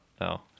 no